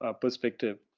perspective